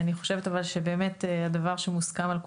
אני חושבת שהדבר שמוסכם על כולם,